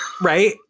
right